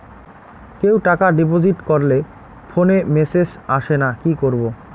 কেউ টাকা ডিপোজিট করলে ফোনে মেসেজ আসেনা কি করবো?